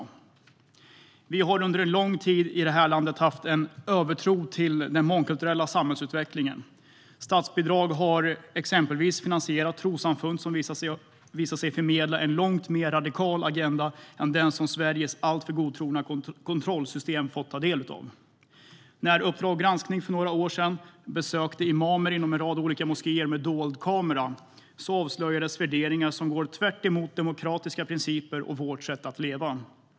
Sverige har under en lång tid haft en övertro på den mångkulturella samhällsutvecklingen. Statsbidrag har exempelvis finansierat trossamfund som har visat sig förmedla en långt mer radikal agenda än den som Sveriges alltför godtrogna kontrollsystem har fått ta del av. När Uppdrag granskning för några år sedan besökte imamer inom en rad olika moskéer med dold kamera avslöjades värderingar som går tvärtemot demokratiska principer och vårt sätt att leva.